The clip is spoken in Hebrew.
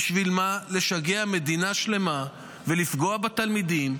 בשביל מה לשגע מדינה שלמה ולפגוע בתלמידים?